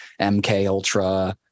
MKUltra